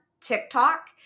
TikTok